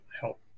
help